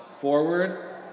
forward